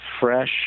fresh